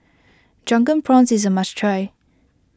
Drunken Prawns is a must try